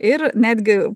ir netgi